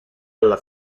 alla